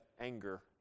anger